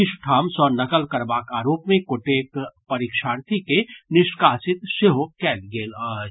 किछु ठाम सँ नकल करबाक आरोप मे गोटेक परीक्षार्थी के निष्कासित सेहो कयल गेल अछि